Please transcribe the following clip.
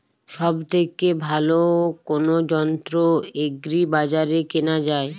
সব থেকে ভালো কোনো যন্ত্র এগ্রি বাজারে কেনা যায়?